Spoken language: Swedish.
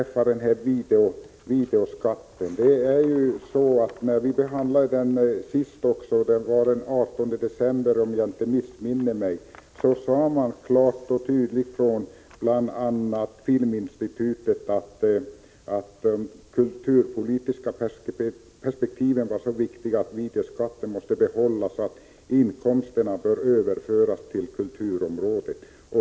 Också när vi senast behandlade frågan om videoskatten — det var den 18 december om jag inte missminner mig — sade man bl.a. från Filminstitutet klart och entydigt att de kulturpolitiska perspektiven var så viktiga att denna skatt måste behållas och att inkomsterna bör överföras till kulturområdet.